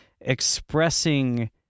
expressing